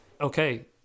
okay